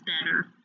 better